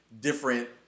different